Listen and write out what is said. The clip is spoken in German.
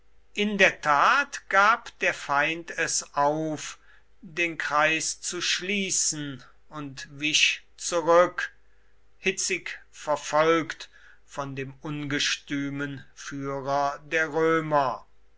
in der tat gab der feind es auf den kreis zu schließen und wich zurück hitzig verfolgt von dem ungestümen führer der römer